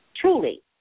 Truly